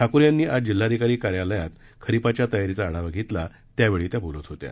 ठाकूर यांनी आज जिल्हाधिकारी कार्यालयात खरीपाच्या तयारीचा आढावा घेतला त्यावेळी त्या बोलत होत्या